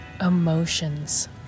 emotions